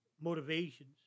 motivations